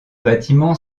bâtiment